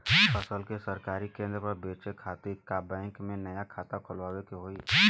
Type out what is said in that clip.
फसल के सरकारी केंद्र पर बेचय खातिर का बैंक में नया खाता खोलवावे के होई?